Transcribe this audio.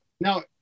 Now